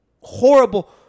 horrible